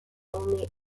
only